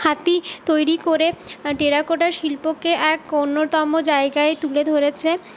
হাতি তৈরি করে টেরাকোটার শিল্পকে এক অন্যতম জায়গায় তুলে ধরেছে